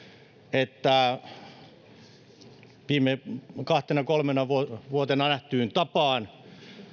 että kahtena kolmena viime vuotena nähtyyn tapaan